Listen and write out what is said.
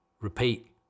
Repeat